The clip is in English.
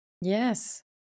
Yes